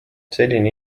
selline